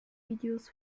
videos